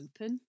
open